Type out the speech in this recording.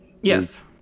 Yes